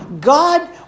God